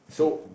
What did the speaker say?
so